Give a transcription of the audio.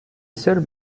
seul